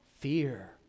fear